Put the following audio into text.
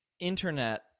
Internet